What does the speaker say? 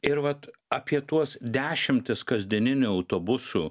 ir vat apie tuos dešimtis kasdieninių autobusų